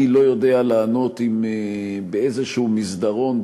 אני לא יודע לענות אם באיזשהו מסדרון,